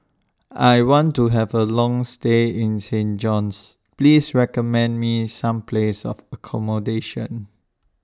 I want to Have A Long stay in Saint John's Please recommend Me Some Places For accommodation